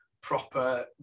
proper